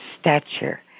stature